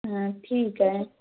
हां ठीक आहे